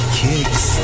kicks